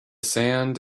sand